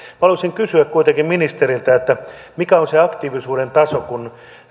kuitenkin kysyä ministeriltä mikä on sen aktiivisuuden taso